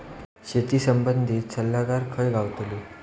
शेती संबंधित सल्लागार खय गावतलो?